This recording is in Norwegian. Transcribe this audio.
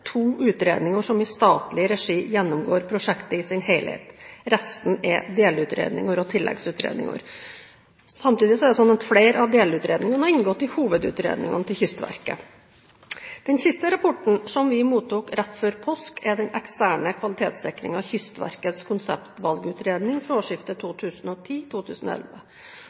to utredninger som i statlig regi gjennomgår prosjektet i sin helhet. Resten er delutredninger og tilleggsutredninger. Samtidig er det slik at flere av delutredningene har inngått i hovedutredningene til Kystverket. Den siste rapporten, som vi mottok rett før påske, er den eksterne kvalitetssikringen av Kystverkets konseptvalgutredning fra